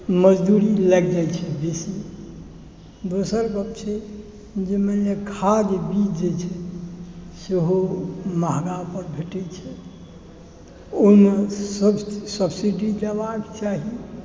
मजदूरी लागि जाइ छै बेसी दोसर गप छै जे मानि लिअ खाद्य बीज जे छै सेहो महगा बड़ भेटै छै ओहिमे सब्सिडी देबाक चाही